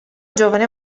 giovane